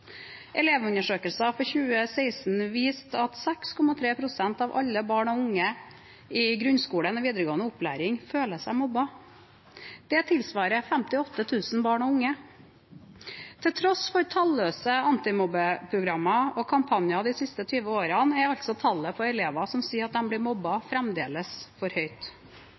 for 2016 viste at 6,3 pst. av alle barn og unge i grunnskole og videregående opplæring føler seg mobbet. Det tilsvarer 58 000 barn og unge. Til tross for talløse antimobbeprogrammer og kampanjer de siste 20 årene er altså tallet på elever som sier de blir mobbet, fremdeles for høyt.